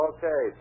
Okay